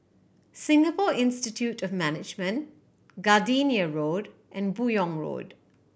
Singapore Institute of Management Gardenia Road and Buyong Road